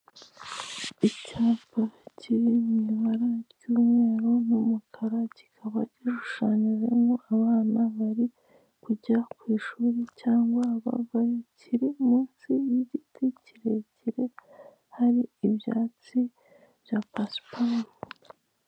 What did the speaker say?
Icyapa kiri mu ibara ry'umweru n'umukara, kikaba gishushanyijemo abana bari kujya ku ishuri cyangwa bavayo, kiri munsi y'igiti kirekire hari ibyatsi bya pasiparume.